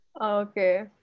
Okay